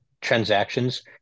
transactions